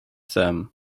them